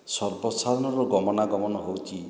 ସର୍ବସାଧରଣର ଗମାନ ଗମନ ହେଉଛି